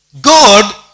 God